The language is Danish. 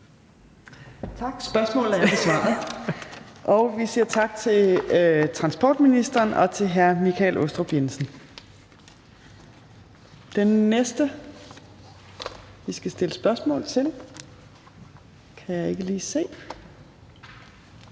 Torp): Spørgsmålet er besvaret. Vi siger tak til transportministeren og til hr. Michael Aastrup Jensen. Den næste, der skal stilles spørgsmål til, nemlig